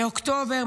מאוקטובר,